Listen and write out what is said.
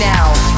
Now